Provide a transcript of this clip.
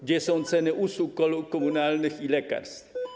Gdzie są ceny usług komunalnych i lekarstw?